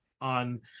on